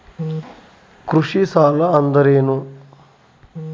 ಕೃಷಿ ಸಾಲ ಅಂದರೇನು?